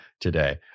today